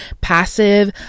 passive